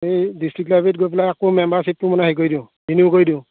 এই ডিষ্ট্ৰিক্ট লাইব্ৰেৰীত গৈ পেলাই আকৌ মেম্বাৰশ্বিপটো মানে হেৰি কৰি দিওঁ ৰিনিউ কৰি দিওঁ